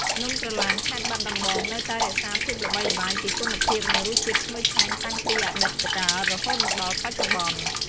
នំក្រឡានខេត្តបាត់ដំបងនៅតែរក្សាបានភាពល្បីល្បាញពីគុណភាពនិងរស់ជាតិឈ្ងុយឆ្ងាញ់ តាំងពីអតីត កាលរហូតមកដល់បច្ចុប្បន្ន។